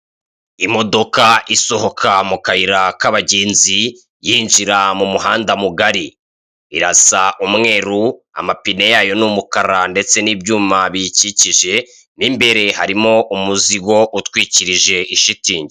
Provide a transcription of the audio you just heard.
Imodoka isohoka mu kayira k'abagenzi, yinjira mu muhanda mugari, irasa umweru, amapine yayo n'umukara ndetse n'ibyuma biyikikije, mo imbere harimo umuzigo utwikirije ishitingi.